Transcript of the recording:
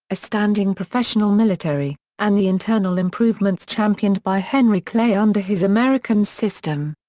a standing professional military, and the internal improvements championed by henry clay under his american system.